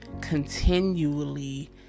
continually